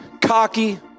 cocky